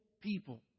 people